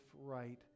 right